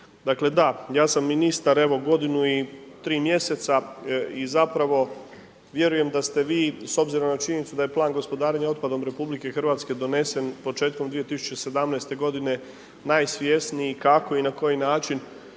Dakle da, ja sam ministar evo godinu i tri mjeseca i zapravo vjerujem da ste vi s obzirom na činjenicu da je plan gospodarenja otpadom RH donesen početkom 2017. godine najsvjesniji kako i na koji način,